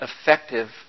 effective